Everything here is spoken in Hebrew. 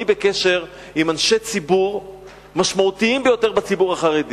אני בקשר עם אנשי ציבור משמעותיים ביותר בציבור החרדי